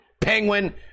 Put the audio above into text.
Penguin